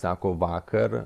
sako vakar